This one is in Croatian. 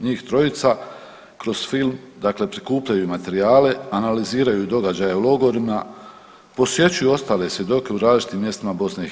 Njih trojica kroz film, dakle, prikupljaju materijale, analiziraju događaje u logorima, posjećuju ostale svjedoke u različitim mjestima BiH.